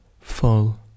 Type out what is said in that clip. full